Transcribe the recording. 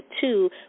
two